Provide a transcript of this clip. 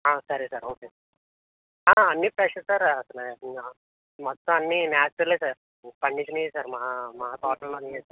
సరే sir okay sir అన్నీ fresh sir అసలు ఇంకా మొత్తం అన్నీ న్యాచరల్ సార్ పండించినవి సార్ మా మా తోటలలోనివి సార్